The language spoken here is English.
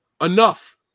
enough